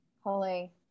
Holy